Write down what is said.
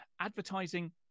advertising